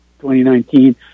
2019